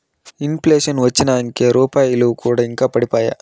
in ప్లేషన్ వచ్చినంకే రూపాయి ఇలువ కూడా ఇంకా పడిపాయే